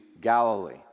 Galilee